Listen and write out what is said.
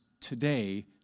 today